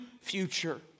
future